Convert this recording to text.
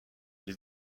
les